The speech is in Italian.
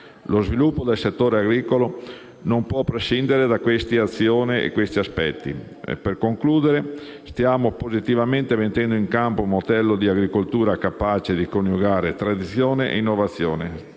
Lo sviluppo del settore agricolo non può prescindere da queste azioni e aspetti. Per concludere, stiamo positivamente mettendo in campo un modello di agricoltura capace di coniugare tradizione e innovazione,